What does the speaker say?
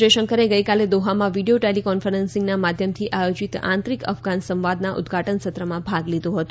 જયશંકરે ગઈકાલે દોહામાં વિડિયો ટેલી કોન્ફરન્સના માધ્યમથી આયોજીત આંતરિક અફઘાન સંવાદના ઉદ્દઘાટન સત્રમાં ભાગ લીધો હતો